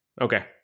Okay